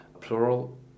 plural